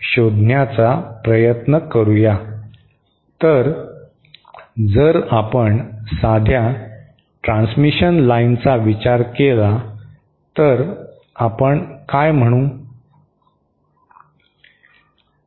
तर जर आपण साध्या ट्रांसमिशन लाइनचा विचार केला तर आपण काय म्हणू या